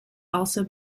also